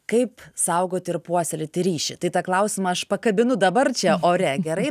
kaip saugoti ir puoselėti ryšį tai tą klausimą aš pakabinu dabar čia ore gerai